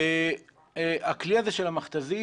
הכלי הזה של המכת"זית